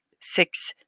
six